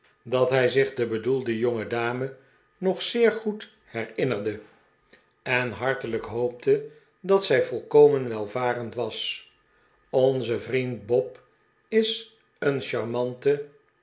dat hij zich de bedoelde jongedame nog zeer goed herinnerde en hartelijk hoopte dat zij volkomen welvarend was onze vriend bob is een charmante